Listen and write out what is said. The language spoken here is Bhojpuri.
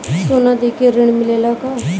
सोना देके ऋण मिलेला का?